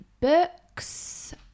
books